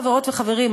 חברות וחברים,